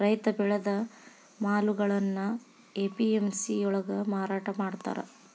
ರೈತ ಬೆಳೆದ ಮಾಲುಗಳ್ನಾ ಎ.ಪಿ.ಎಂ.ಸಿ ಯೊಳ್ಗ ಮಾರಾಟಮಾಡ್ತಾರ್